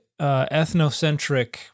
ethnocentric